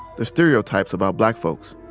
the stereotypes about black folks.